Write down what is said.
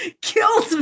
Killed